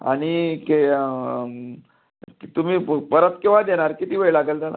आणि के तुम्ही प परत केव्हा देणार किती वेळ लागंल त्याला